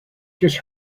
just